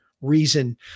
reason